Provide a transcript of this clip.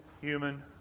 human